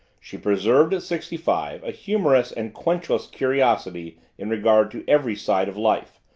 she preserved, at sixty-five, a humorous and quenchless curiosity in regard to every side of life,